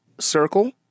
circle